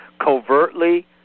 covertly